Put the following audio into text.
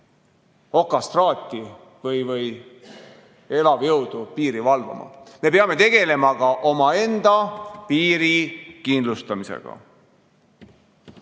okastraati või elavjõudu piiri valvama. Me peame tegelema ka omaenda piiri kindlustamisega.